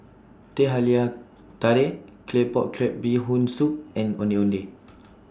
Teh Halia Tarik Claypot Crab Bee Hoon Soup and Ondeh Ondeh